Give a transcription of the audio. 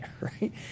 right